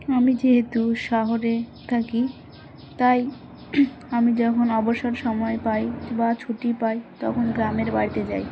আমি যেহেতু শহরে থাকি তাই আমি যখন অবসর সময় পাই বা ছুটি পাই তখন গ্রামের বাড়িতে যাই